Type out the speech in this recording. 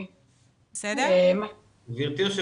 לגבי הנתונים